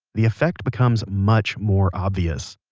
the effect becomes much more obvious.